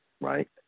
right